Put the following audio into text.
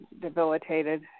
debilitated